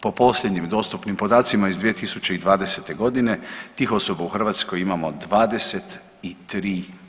Po posljednjim dostupnim podacima iz 2020.g. tih osoba u Hrvatskoj imamo 23%